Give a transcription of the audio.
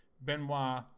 Benoit